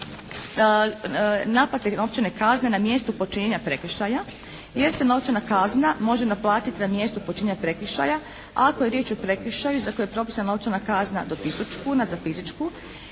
naplate novčane kazne na mjestu počinjenja prekršaja jer se novčana kazna može naplatiti na mjestu počinjenja prekršaja ako je riječ o prekršaju za koji je propisana novčana kazna do tisuću kuna za fizičku